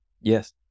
Yes